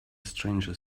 stranger